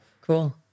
Cool